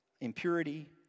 impurity